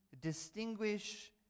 distinguish